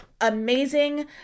amazing